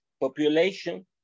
population